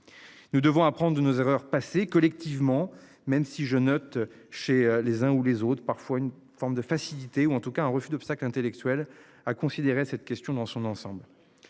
Nous devons apprendre de nos erreurs passées collectivement, même si je note chez les uns ou les autres, parfois une forme de facilité ou en tout cas un refus d'obstacle intellectuel à considérer cette question dans son ensemble.